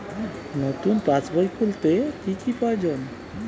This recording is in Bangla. নতুন পাশবই খুলতে কি কি প্রয়োজন?